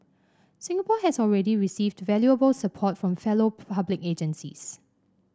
Singapore has already received valuable support from fellow public agencies